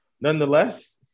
Nonetheless